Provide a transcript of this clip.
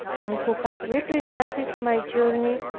and who had represented my journey,